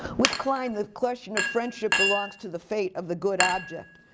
with klein, the question of friendship belongs to the fate of the good object.